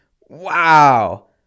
Wow